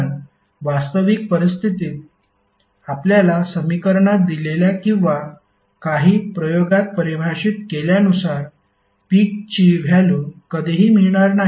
कारण वास्तविक परिस्थितीत आपल्याला समीकरणात दिलेल्या किंवा काही प्रयोगात परिभाषित केल्यानुसार पीक ची व्हॅल्यु कधीही मिळणार नाही